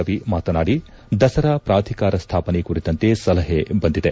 ರವಿ ಮಾತನಾಡಿ ದಸರಾ ಪ್ರಾಧಿಕಾರ ಸ್ಟಾಪನೆ ಕುರಿತಂತೆ ಸಲಹೆ ಬಂದಿದೆ